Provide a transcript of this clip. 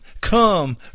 come